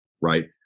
right